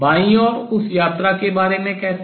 बाईं ओर उस यात्रा के बारे में कैसे